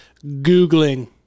Googling